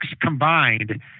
combined